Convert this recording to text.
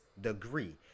degree